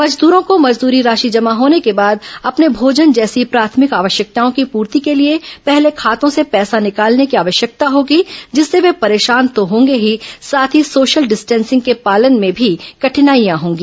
मजदूरों को मजदूरी राशि जमा होने के बाद अपने भोजन जैसी प्राथमिक आवश्यकताओं की पूर्ति के लिए पहले खातों से पैसा निकालने की आवश्यकता होगी जिससे वे परेशान तो होंगे ही साथ ही सोशल डिस्टेंसिंग के पालन में भी कठिनाईयां होंगी